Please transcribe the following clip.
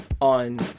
on